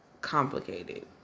complicated